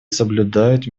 соблюдают